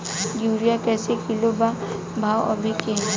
Urea कइसे kilo बा भाव अभी के?